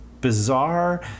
bizarre